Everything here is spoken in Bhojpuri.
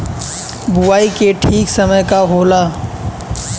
बुआई के ठीक समय का होला?